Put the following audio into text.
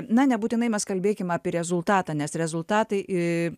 na nebūtinai mes kalbėkim apie rezultatą nes rezultatai